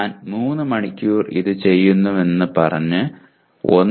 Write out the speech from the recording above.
ഞാൻ 3 മണിക്കൂർ ഇത് ചെയ്യുന്നുവെന്ന് പറഞ്ഞ് 1